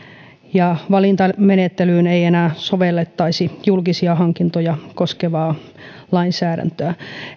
ja valintamenettelyyn ei enää sovellettaisi julkisia hankintoja koskevaa lainsäädäntöä